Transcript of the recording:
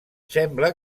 sembla